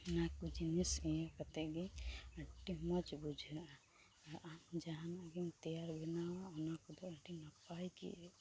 ᱚᱱᱟᱠᱚ ᱡᱤᱱᱤᱥ ᱤᱭᱟᱹ ᱠᱟᱛᱮᱫ ᱜᱮ ᱟᱹ ᱰᱤ ᱢᱚᱡᱽ ᱵᱩᱡᱷᱟᱹᱜᱼᱟ ᱡᱟᱦᱟᱱᱟᱜ ᱜᱮᱢ ᱛᱮᱭᱟᱨ ᱵᱮᱱᱟᱣ ᱚᱱᱟ ᱠᱚᱫᱚ ᱟᱰᱤ ᱱᱟᱯᱟᱭ ᱜᱮ